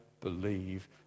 believe